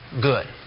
good